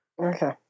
Okay